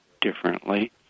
differently